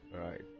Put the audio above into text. Right